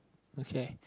okay